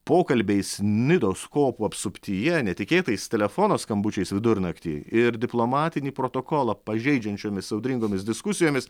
pokalbiais nidos kopų apsuptyje netikėtais telefono skambučiais vidurnaktį ir diplomatinį protokolą pažeidžiančiomis audringomis diskusijomis